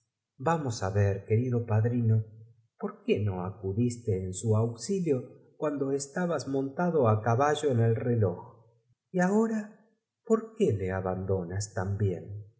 vamos á ver querido padrino por qué fondo mis buenas intenciones contad no acudiste en su auxilio cuando estabas pues con mi auxilio si lo nocesitnis en montado á caballo en ol r loj y ahora tretanto estad tranq uil o pediré á vuestro por qué le abandonas también